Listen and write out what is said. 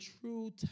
true